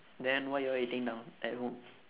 then what you all eating now at home